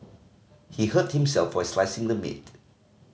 he hurt himself while slicing the meat